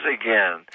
again